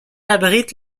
abrite